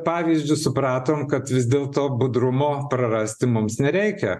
pavyzdžiui supratome kad vis dėlto budrumo prarasti mums nereikia